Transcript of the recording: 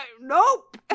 Nope